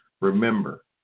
Remember